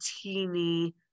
teeny